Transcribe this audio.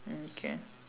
okay